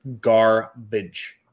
Garbage